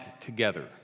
together